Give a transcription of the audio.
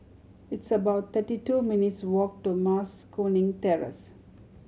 it's about thirty two minutes' walk to Mas Kuning Terrace